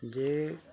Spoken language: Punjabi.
ਜੇ